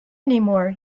anymore